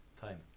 time